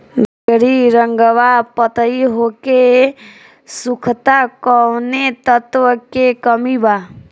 बैगरी रंगवा पतयी होके सुखता कौवने तत्व के कमी बा?